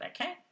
okay